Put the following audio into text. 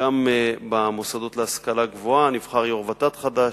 גם במוסדות להשכלה גבוהה, נבחר יושב-ראש ות"ת חדש,